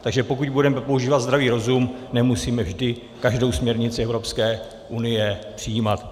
Takže pokud budeme používat zdravý rozum, nemusíme vždy každou směrnici Evropské unie přijímat.